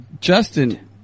Justin